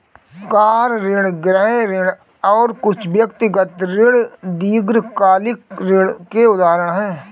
car ऋण, गृह ऋण और कुछ व्यक्तिगत ऋण दीर्घकालिक ऋण के उदाहरण हैं